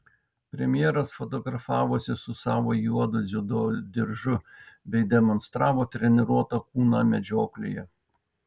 premjeras fotografavosi su savo juodu dziudo diržu bei demonstravo treniruotą kūną medžioklėje